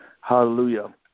Hallelujah